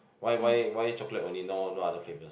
why why why chocolate only no no other flavours